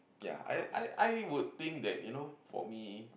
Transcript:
ya I I I would think that you know for me